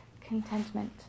contentment